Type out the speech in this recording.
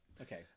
okay